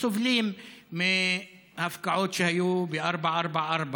סובלים מההפקעות שהיו ל-444,